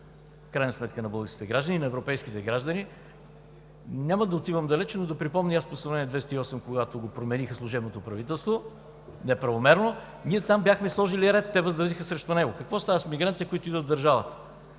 сигурността на българските и на европейските граждани. Няма да отивам далече, но да припомня и аз Постановление № 208 – когато го промениха от служебното правителство неправомерно; ние бяхме сложили ред – те възразиха срещу него: какво става с мигрантите, които идват в държавата?